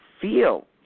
feel